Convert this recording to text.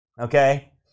Okay